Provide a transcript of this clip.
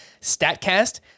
StatCast